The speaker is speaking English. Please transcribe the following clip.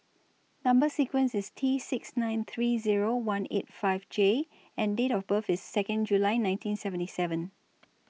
Number sequence IS T six nine three Zero one eight five J and Date of birth IS Second July nineteen seventy seven